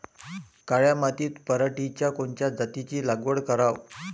काळ्या मातीत पराटीच्या कोनच्या जातीची लागवड कराव?